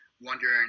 wondering